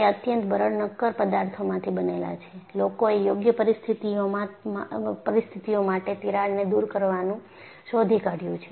તે અત્યંત બરડ નક્કર પદાર્થોમાંથી બનેલા છે લોકોએ યોગ્ય પરિસ્થિતિઓમાં માટે તિરાડને દુર કરવાનું શોધી કાઢ્યું છે